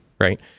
right